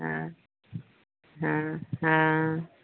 हँ हँ हँ